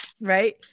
right